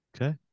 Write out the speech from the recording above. Okay